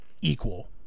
equal